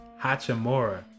Hachimura